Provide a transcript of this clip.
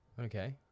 Okay